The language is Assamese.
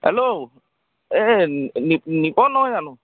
হেল্ল' এ নি নিপন নহয় জানো